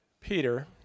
Peter